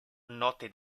notte